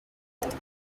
death